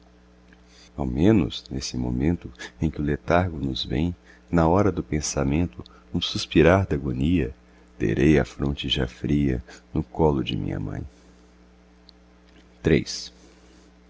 ao menos nesse momento em que o letargo nos vem na hora do passamento no suspirar da agonia terei a fronte já fria no colo de minha mãe mas